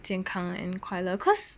健康 and 快乐 cause